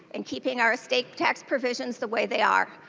and keeping our state tax provision away they are.